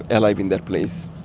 alive in that place?